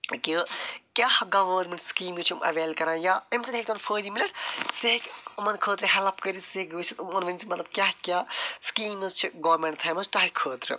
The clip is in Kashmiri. کہِ کیٛاہ گورمیٚنٛٹ سِکیٖمٕز چھِ یِم ایٚویل کران یا اَمہِ سۭتۍ ہیٚکن فٲیدٕ میٖلِتھ سُہ ہیٚکہِ یِمَن خٲطرٕ ہیٚلٕپ کٔرِتھ سُہ ہیٚکہِ مطلب کیٛاہ کیٛاہ سِکیٖمٕز چھِ گورمیٚنٛٹَن تھایمژ تۄہہِ خٲطرٕ